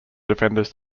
defenders